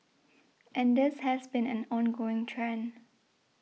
and this has been an ongoing trend